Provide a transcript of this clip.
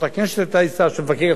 שמבקרת המדינה היתה אשה,